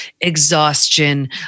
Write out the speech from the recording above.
exhaustion